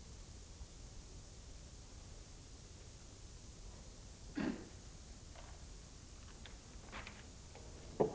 Den slår alltså hårdast mot dem som har låga inkomster, därför | att de — självfallet — tvingas konsumera det mesta av lönen för inköp av |